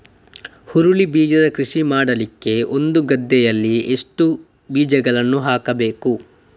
ಹುರುಳಿ ಬೀಜದ ಕೃಷಿ ಮಾಡಲಿಕ್ಕೆ ಒಂದು ಗದ್ದೆಯಲ್ಲಿ ಎಷ್ಟು ಬೀಜಗಳನ್ನು ಹಾಕಬೇಕು?